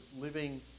living